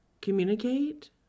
communicate